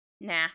nah